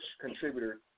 contributor